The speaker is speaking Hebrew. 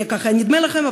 היה ככה נדמה לכם.